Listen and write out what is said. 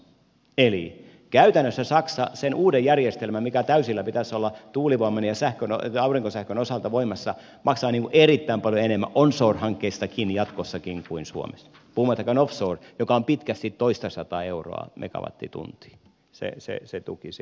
eli käytännössä saksa sen uuden järjestelmän mukaan minkä täysillä pitäisi olla tuulivoiman ja aurinkosähkön osalta voimassa maksaa erittäin paljon enemmän onshore hankkeistakin jatkossakin kuin suomessa puhumattakaan offshoresta jossa on pitkästi toistasataa euroa megawattitunti se tuki siellä